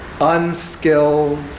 unskilled